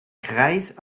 kreis